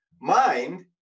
mind